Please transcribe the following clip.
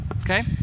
Okay